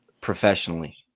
professionally